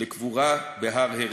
לקבורה בהר-הרצל.